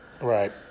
Right